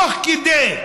תוך כדי,